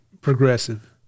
progressive